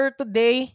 today